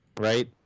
right